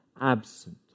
absent